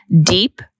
Deep